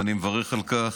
ואני מברך על כך.